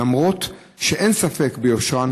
למרות שאין ספק ביושרם